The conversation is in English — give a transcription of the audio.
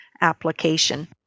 application